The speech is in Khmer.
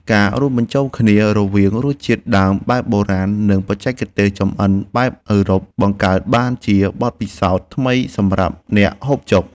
ការរួមបញ្ចូលគ្នារវាងរសជាតិដើមបែបបុរាណនិងបច្ចេកទេសចម្អិនបែបអឺរ៉ុបបង្កើតបានជាបទពិសោធន៍ថ្មីសម្រាប់អ្នកហូបចុក។